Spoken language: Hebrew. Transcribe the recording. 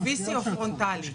אם VC או פרונטלי.